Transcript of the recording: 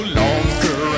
longer